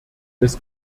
des